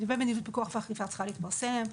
מדיניות פיקוח ואכיפה צריכה להתפרסם.